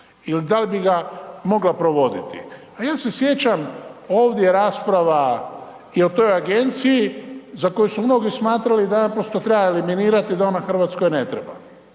Ili da li bi ga mogla provoditi. A ja se sjećam ovdje je rasprava i o toj agenciji, za koju su mnogi smatrali da naprosto treba eliminirati, da ona Hrvatskoj ne treba.